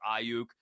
Ayuk